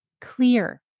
clear